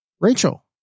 Rachel